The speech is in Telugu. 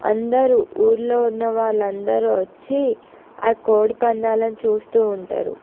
అందరూ ఊళ్ళో ఉన్న వాళ్ళందరూ వచ్చి ఆ కోడి పందాలను చూస్తూ ఉంటారు